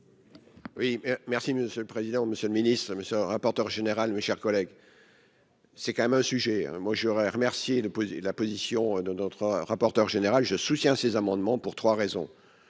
Oui merci monsieur le président, monsieur le ministre, monsieur le rapporteur général, mes chers collègues. C'est quand même un sujet, moi, je voudrais remercier de poser la position de notre rapporteur général je soutiens ces amendements pour 3 raisons.